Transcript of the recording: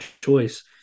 choice